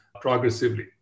progressively